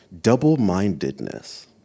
double-mindedness